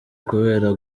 kubera